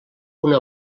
una